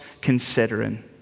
considering